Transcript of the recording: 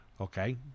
Okay